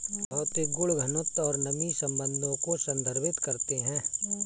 भौतिक गुण घनत्व और नमी संबंधों को संदर्भित करते हैं